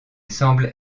semble